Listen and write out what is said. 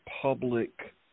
public